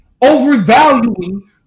overvaluing